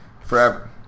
forever